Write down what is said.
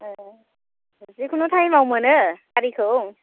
ओ जिखुनु टाइमाव मोनो गारिखौ